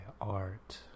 art